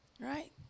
Right